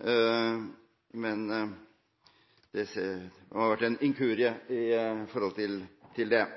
Det har vært en inkurie her. Så et par kommentarer til Stokkan-Grande, så han kan beholde nattesøvnen. Nei, Høyre kommer ikke til å ville avvikle grasrotandelen, men vi synes det